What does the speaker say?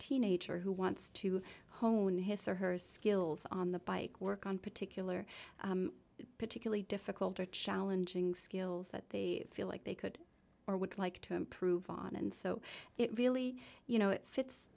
teenager who wants to hone his or her skills on the bike work on particular particularly difficult or challenging skills that the feel like they could or would like to improve on and so it really you know fit